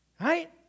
right